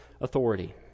authority